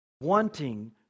wanting